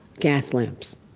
gas lamps.